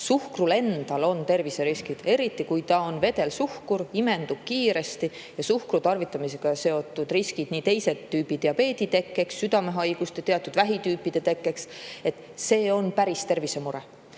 suhkrul endal on terviseriskid, eriti kui ta on vedelsuhkur, mis imendub kiiresti. Suhkru tarvitamisega seotud riskid – näiteks II tüübi diabeedi tekkeks, südamehaiguste ja teatud vähitüüpide tekkeks – on päris tervisemure. Lisaks